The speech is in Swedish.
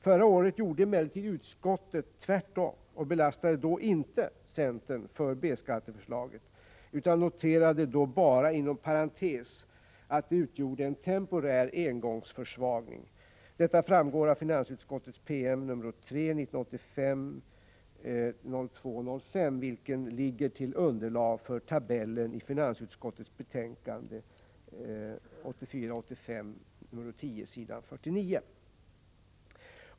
Förra året gjorde emellertid utskottet tvärtom och belastade då inte centern för B-skatteförslaget utan noterade då bara inom parentes att det utgjorde en temporär engångsförsvagning. Detta framgår av finansutskottets PM nr 3 1985-02-05, vilken ligger till underlag för tabellen i finansutskottets betänkande 1984/85:10 s. 49.